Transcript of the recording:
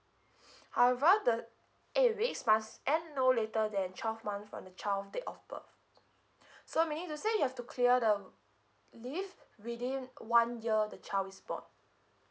however the eight weeks must end no later than twelve month from the child date of birth so meaning to say you have to clear the leave within one year the child is born